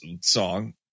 song